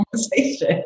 conversation